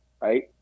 right